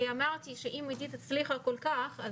כי אמרתי שאם עידית הצליחה כל כך,